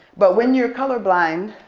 but when you're colorblind,